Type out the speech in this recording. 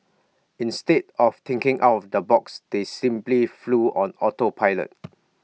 instead of thinking out of the box they simply flew on auto pilot